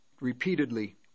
repeatedly